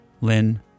Lynn